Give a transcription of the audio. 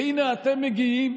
והינה אתם מגיעים,